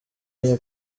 iya